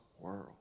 world